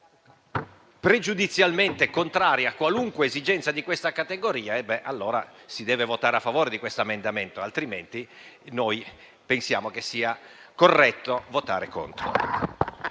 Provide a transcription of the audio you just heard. pregiudizialmente contrari a qualunque esigenza di questa categoria, allora si deve votare a favore di questo emendamento, altrimenti pensiamo sia corretto votare contro.